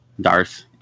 Darth